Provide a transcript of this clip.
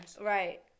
Right